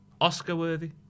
Oscar-worthy